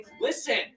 listen